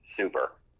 Super